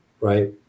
Right